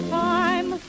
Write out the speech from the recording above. time